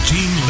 Team